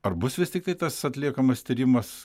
ar bus vis tiktai tas atliekamas tyrimas